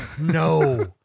No